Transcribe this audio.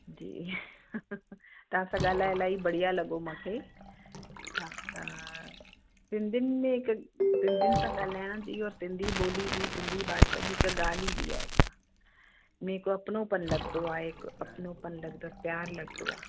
जी तव्हां सां ॻाल्हाए इलाही बढ़िया लॻो माूंखे हा त सिंधियुन में हिक सिंधियुन सां ॻाल्हाइण जी इहो सिंधी ॿोली जी सिंधी भाषा जी त ॻाल्हि ई ॿी आहे का मेरे को अपनोपन लॻंदो आहे हिक अपनोपन लॻंदा प्यार लॻंदो आहे